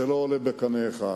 זה לא עולה בקנה אחד.